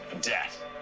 death